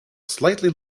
slightly